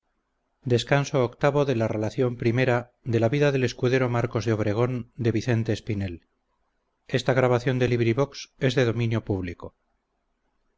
la donosa narración de las aventuras del escudero marcos de obregón